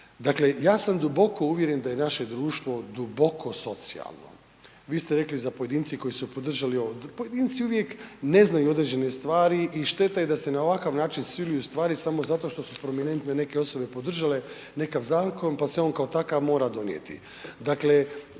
Dakle, ja sam duboko uvjeren da je naše društvo duboko socijalno. Vi ste rekli za pojedince koji su podržali ovo, pojedinci uvijek ne znaju određene stvari i šteta je da se na ovakav način siluju stvari samo zato što su prominentne neke osobe podržale nekav zakon pa se on kao takav mora donijeti.